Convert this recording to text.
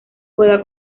juega